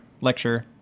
lecture